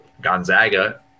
Gonzaga